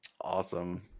awesome